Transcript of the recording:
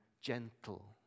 gentle